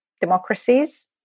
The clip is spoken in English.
democracies